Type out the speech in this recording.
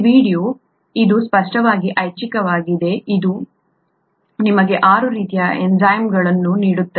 ಈ ವೀಡಿಯೊ ಇದು ಸ್ಪಷ್ಟವಾಗಿ ಐಚ್ಛಿಕವಾಗಿದೆ ಇದು ನಿಮಗೆ ಆರು ರೀತಿಯ ಎನ್ಝೈಮ್ಗಳನ್ನು ನೀಡುತ್ತದೆ